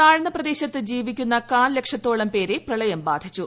താഴ്ന്ന് പ്രദേശത്ത് ജീവിക്കുന്ന കാൽലക്ഷത്തോളം പേരെപ്പ്ളയ്ം ബാധിച്ചു